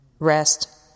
rest